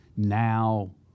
now